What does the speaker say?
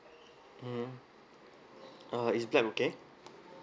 mm uh is black okay